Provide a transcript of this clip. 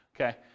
Okay